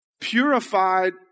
purified